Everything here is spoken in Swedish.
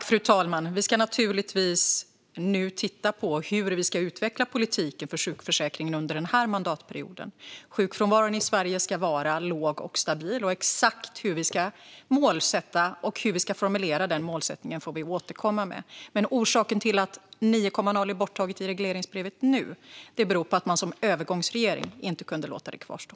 Fru talman! Vi ska naturligtvis nu titta på hur vi ska utveckla politiken för sjukförsäkringen under den här mandatperioden. Sjukfrånvaron i Sverige ska vara låg och stabil. Exakt hur vi ska sätta upp och formulera mål får vi återkomma till, men orsaken till att siffran 9,0 nu är borttagen ur regleringsbrevet är att vi som övergångsregering inte kunde låta den kvarstå.